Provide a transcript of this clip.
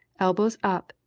elbows up,